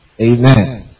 Amen